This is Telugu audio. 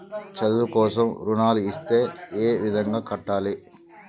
చదువు కోసం రుణాలు ఇస్తే ఏ విధంగా కట్టాలి?